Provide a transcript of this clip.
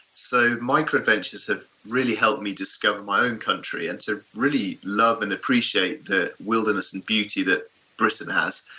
so microadventures have really helped me discover my own country and to really love and appreciate the wilderness and beauty that britain has.